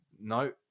no